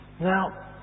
Now